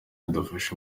idufashe